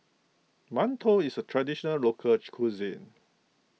Mantou is a traditional local cuisine